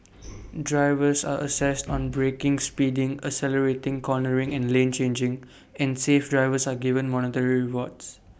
drivers are assessed on braking speeding accelerating cornering and lane changing and safe drivers are given monetary rewards